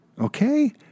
Okay